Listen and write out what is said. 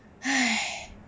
hai